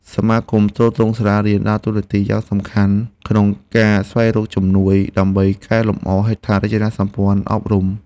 សមាគមទ្រទ្រង់សាលារៀនដើរតួនាទីយ៉ាងសំខាន់ក្នុងការស្វែងរកជំនួយ ដើម្បីកែលម្អហេដ្ឋារចនាសម្ព័ន្ធអប់រំ។